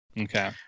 Okay